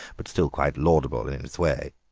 but still quite laudable in its way.